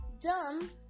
dumb